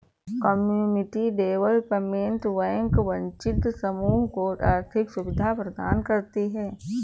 community development bank वंचित समूह को आर्थिक सुविधा प्रदान करती है